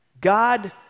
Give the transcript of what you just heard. God